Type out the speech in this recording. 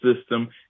system